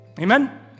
Amen